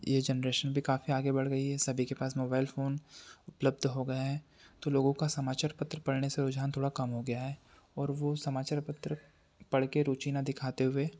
यह जेनेरेशन भी काफ़ी आगे बढ़ गई है सभी के पास मोबाईल फ़ोन उपलब्ध हो गए हैं तो लोगों का समाचार पत्र पढ़ने से रुझान थोड़ा कम हो गया है और वो समाचार पत्र पढ़ कर रुचि न दिखाते हुए